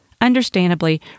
Understandably